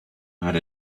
had